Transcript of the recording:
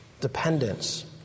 dependence